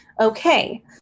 Okay